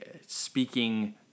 speaking